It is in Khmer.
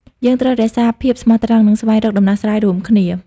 យើងត្រូវរក្សាភាពស្មោះត្រង់ និងស្វែងរកដំណោះស្រាយរួមគ្នា។